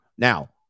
Now